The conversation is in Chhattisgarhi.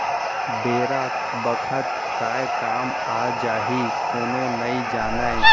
बेरा बखत काय काम आ जाही कोनो नइ जानय